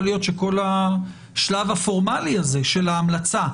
יכול להיות שכל השלב הפורמלי הזה של ההמלצה,